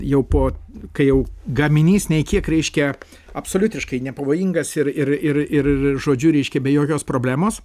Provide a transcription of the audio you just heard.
jau po kai jau gaminys nei kiek reiškia absoliutiškai nepavojingas ir ir ir ir žodžiu reiškia be jokios problemos